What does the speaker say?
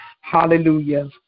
Hallelujah